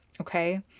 okay